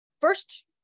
first